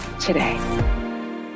today